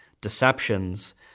deceptions